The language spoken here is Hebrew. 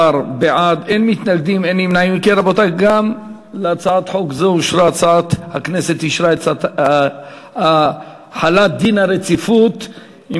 הודעת הממשלה על רצונה להחיל דין רציפות על